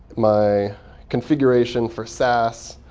my configuration for sass,